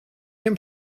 can